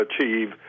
achieve